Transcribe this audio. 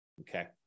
okay